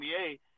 NBA